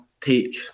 take